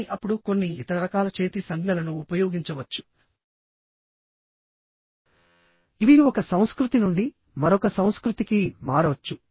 కానీ అప్పుడు కొన్ని ఇతర రకాల చేతి సంజ్ఞలను ఉపయోగించవచ్చు ఇవి ఒక సంస్కృతి నుండి మరొక సంస్కృతికి మారవచ్చు